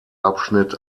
abschnitt